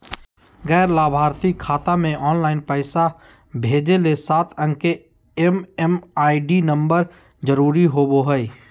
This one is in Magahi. गैर लाभार्थी खाता मे ऑनलाइन पैसा भेजे ले सात अंक के एम.एम.आई.डी नम्बर जरूरी होबय हय